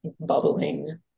bubbling